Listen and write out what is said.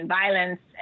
violence